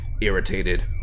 irritated